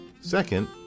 Second